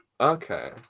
Okay